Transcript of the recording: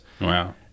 wow